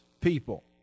people